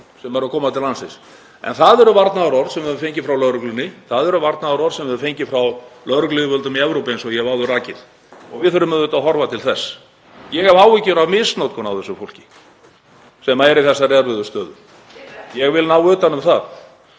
sem eru að koma til landsins. En það eru varnaðarorð sem við höfum fengið frá lögreglunni. Það eru varnaðarorð sem við höfum fengið frá lögregluyfirvöldum í Evrópu, eins og ég hef áður rakið, og við þurfum auðvitað að horfa til þess. Ég hef áhyggjur af misnotkun á þessu fólki sem er í þessari erfiðu stöðu. (Gripið fram í.)